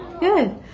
Good